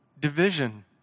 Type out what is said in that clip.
division